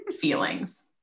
feelings